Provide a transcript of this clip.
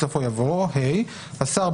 בסופו יבוא: "(ה)השר,